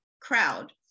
crowd